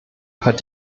hat